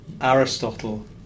Aristotle